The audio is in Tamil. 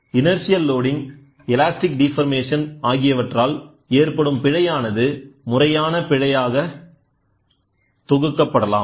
இனர்ஷியல் லோடிங் எலாஸ்டிக் டிஃபர்மேஷன் ஆகியவற்றால் ஏற்படும் பிழையானது முறையான பிழையாக தொகுக்கப்பலாம்